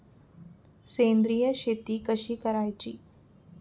सेंद्रिय शेती कशी करायची?